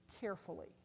carefully